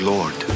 Lord